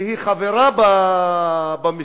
שהיא חברה בממשלה,